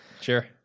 Sure